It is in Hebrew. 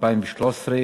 התשע"ד 2013,